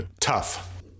Tough